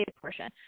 portion